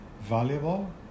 valuable